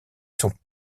sont